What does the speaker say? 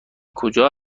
کجا